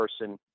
person